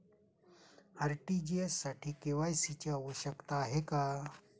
RTGS साठी KYC ची आवश्यकता आहे का?